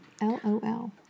L-O-L